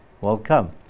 Welcome